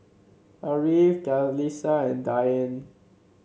Ariff Qalisha and Dian